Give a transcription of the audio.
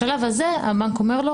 בשלב הזה הבנק אומר לו,